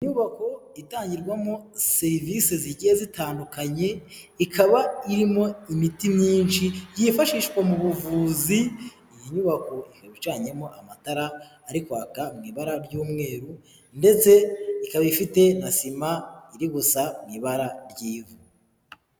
Inyubako itangirwamo serivisi zigiye zitandukanye ikaba irimo imiti myinshi yifashishwa mu buvuzi, iyi nyubako ikaba icanyemo amatara arikwaka mw'ibara ry'umweru ndetse ikaba ifite na sima iri gusa ibara ry'ivu.